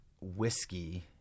whiskey